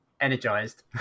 energized